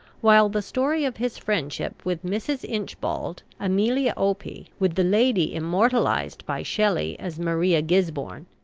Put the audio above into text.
while the story of his friendships with mrs. inchbald, amelia opie, with the lady immortalized by shelley as maria gisborne,